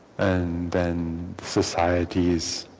and then societies